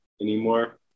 anymore